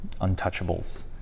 untouchables